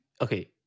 Okay